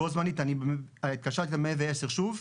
בוא זמנית התקשרתי ל-110 שוב,